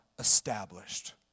established